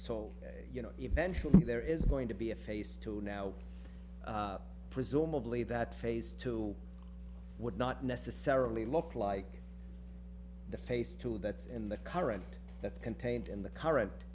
so you know eventually there is going to be a face to now presumably that phase two would not necessarily look like the face to all that's in the current that's contained in the current